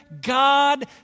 God